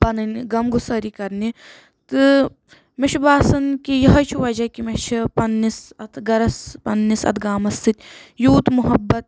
پَنٕنۍ غم گُسٲری کرنہٕ تہٕ مےٚ چھُ باسان کہِ یہے چھُ وجہ کہِ مےٚ چھِ پننِس اتھ گٔرس پننِس اتھ گامس سۭتۍ یوٗت محبت